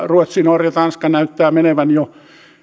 ruotsi norja tanska näyttävät menevän jo